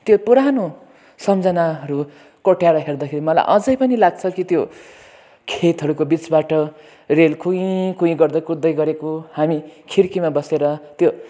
त्यो पुरानो सम्झनाहरू कोट्याएर हेर्दाखेरि मलाई अझै पनि लाग्छ कि त्यो खेतहरूको बिचबाट रेल कुई कुई गर्दै कुद्दै गरेको हामी खिड्कीमा बसेर त्यो